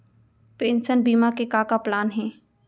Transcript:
Pension बीमा के का का प्लान हे?